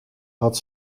had